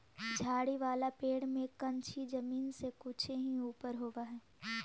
झाड़ी वाला पेड़ में कंछी जमीन से कुछे ही ऊपर होवऽ हई